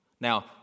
Now